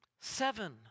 Seven